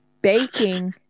baking